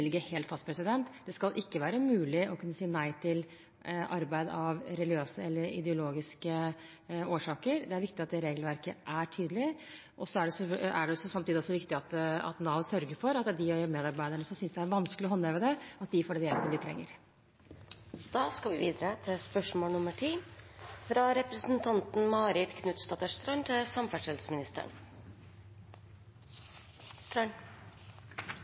ligger helt fast. Det skal ikke være mulig å kunne si nei til arbeid av religiøse eller ideologiske årsaker. Det er viktig at det regelverket er tydelig. Samtidig er det viktig at Nav sørger for at de av medarbeiderne som synes dette er vanskelig å håndheve, får den hjelpen de trenger. Spørsmålet lyder: «Regjeringa kutter 180 mill. kroner til